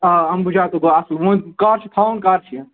آ اَمبوجا تہِ گوٚو اصٕل وۄنۍ کر چھِ تھاوُن کر چھِ یہِ